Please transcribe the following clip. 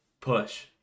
push